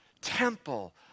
temple